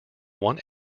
one